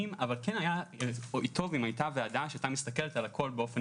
אבל היה טוב אם הייתה ועדה שהייתה מסתכל תעל הכול באופן